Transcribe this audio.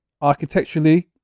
architecturally